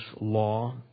law